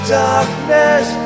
darkness